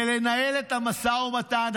ולנהל את המשא ומתן.